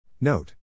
Note